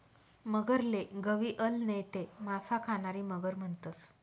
मगरले गविअल नैते मासा खानारी मगर म्हणतंस